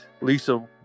Lisa